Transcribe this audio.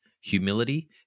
humility